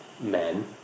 men